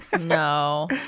No